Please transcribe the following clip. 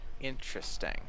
interesting